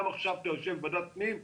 גם עכשיו אתה יושב בוועדת הפנים,